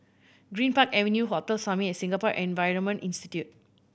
Greenpark Avenue Hotel Summit and Singapore Environment Institute